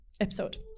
episode